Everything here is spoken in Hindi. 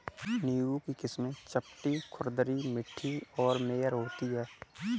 नींबू की किस्में चपटी, खुरदरी, मीठी और मेयर होती हैं